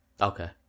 Okay